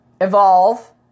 evolve